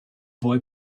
boy